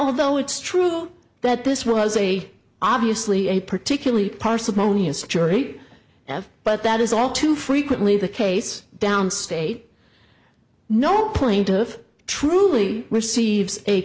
although it's true that this was a obviously a particularly parsimonious jury have but that is all too frequently the case down state no point of truly receives a